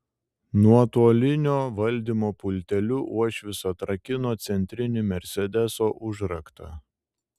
nuotolinio valdymo pulteliu uošvis atrakino centrinį mersedeso užraktą